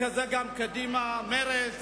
וכך גם קדימה, מרצ